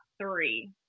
three